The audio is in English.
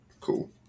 Cool